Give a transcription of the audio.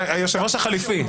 היושב-ראש החליפי.